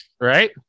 Right